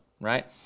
right